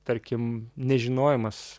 tarkim nežinojimas